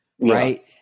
right